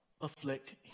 afflict